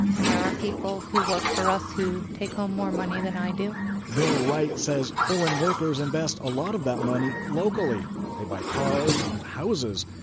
and there are people who work for us who take home more money than i do bill wright says foreign workers invest a lot of that money locally. they buy cars and houses.